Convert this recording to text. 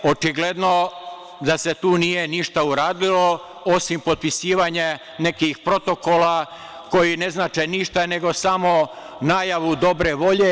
Očigledno da se tu nije ništa uradilo osim potpisivanja nekih protokola koji ne znače ništa, nego samo najavu dobre volje.